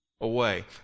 away